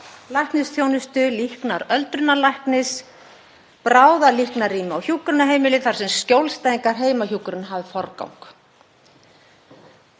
læknisþjónustu líknaröldrunarlæknis og bráðalíknarrýmis á hjúkrunarheimili þar sem skjólstæðingar heimahjúkrunar hafi forgang.